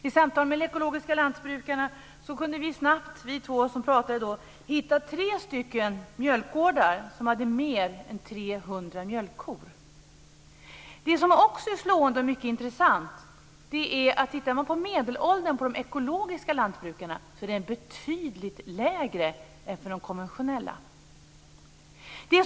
I samtal med de ekologiska lantbrukarna har jag och en ytterligare medarbetare fått uppgift om tre mjölkgårdar med mer än 300 mjölkkor. Något som också är slående och mycket intressant är att medelåldern på de ekologiska lantbrukarna är betydligt lägre än på de konventionella lantbrukarna.